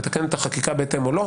מתקנת את החקיקה או לא.